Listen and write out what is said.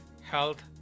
health